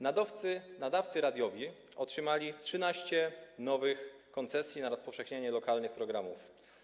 Nadawcy radiowi otrzymali 13 nowych koncesji na rozpowszechnienie lokalnych programów.